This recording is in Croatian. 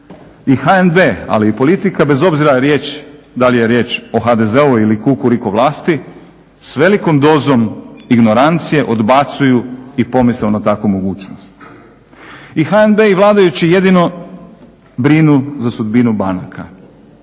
I HNB, ali politika bez obzira da li je riječ o HDZ-u ili Kukuriku vlasti, s velikom dozom ignorancije odbacuju i pomisao na takvu mogućnost. I HNB i vladajući jedino brinu za sudbinu banaka,